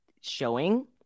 Showing